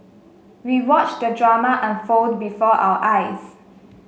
we watched the drama unfold before our eyes